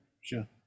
sure